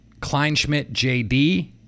KleinschmidtJD